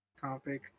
topic